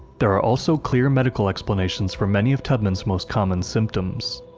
there are also clear medical explanations for many of tubman's most common symptoms